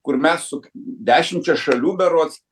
kur mes su dešimčia šalių berods